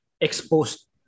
exposed